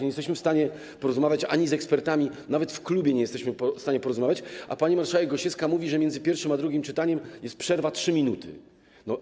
Nie jesteśmy w stanie porozmawiać z ekspertami, nawet w klubie nie jesteśmy w stanie porozmawiać, a pani marszałek Gosiewska mówi, że między pierwszym a drugim czytaniem są 3 minuty przerwy.